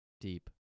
Deep